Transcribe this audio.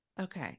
Okay